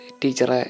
teacher